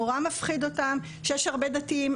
נורא מפחיד אותם שיש הרבה דתיים.